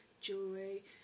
jewelry